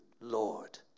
Lord